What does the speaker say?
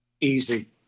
Easy